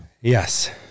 Yes